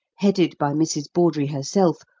headed by mrs. bawdrey herself,